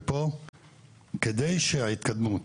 כדי שההתקדמות